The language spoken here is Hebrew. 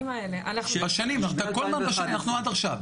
עד עכשיו.